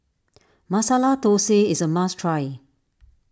Masala Thosai is a must try